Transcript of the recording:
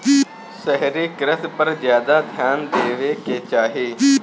शहरी कृषि पर ज्यादा ध्यान देवे के चाही